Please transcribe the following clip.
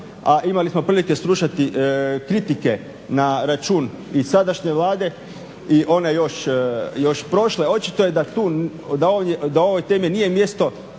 a imali smo prilike slušati kritike na račun i sadašnje Vlade i one još prošle. Očito je da tu, da ovoj temi nije mjesto